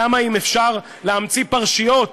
אם אפשר להמציא פרשיות,